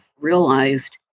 realized